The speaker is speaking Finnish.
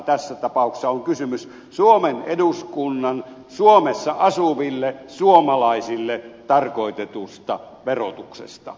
tässä tapauksessa on kysymys suomen eduskunnan suomessa asuville suomalaisille tarkoitetusta verotuksesta